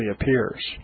appears